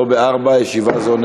לא ב-16:00.